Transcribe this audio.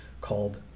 called